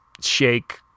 shake